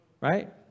Right